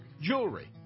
jewelry